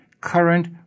current